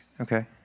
Okay